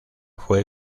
fue